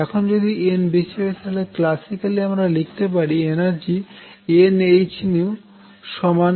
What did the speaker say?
এখন যদি n বেশি হয় তাহলে ক্ল্যাসিক্যলি আমরা লিখতে পারি এনার্জি nh 12KA2